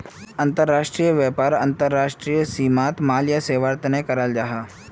अंतर्राष्ट्रीय व्यापार अंतर्राष्ट्रीय सीमात माल या सेवार तने कराल जाहा